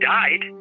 died